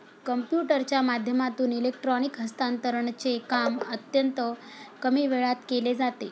कम्प्युटरच्या माध्यमातून इलेक्ट्रॉनिक हस्तांतरणचे काम अत्यंत कमी वेळात केले जाते